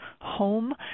home